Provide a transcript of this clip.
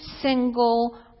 single